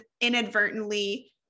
inadvertently